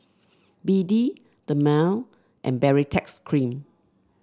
B D Dermale and Baritex Cream